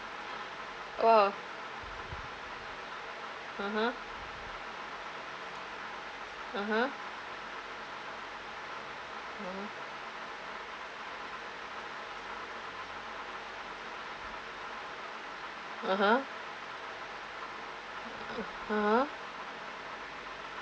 !wow! (uh huh) (uh huh) uh (uh huh) (uh huh)